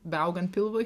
beaugant pilvui